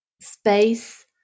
space